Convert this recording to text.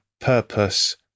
purpose